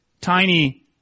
tiny